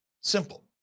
Simple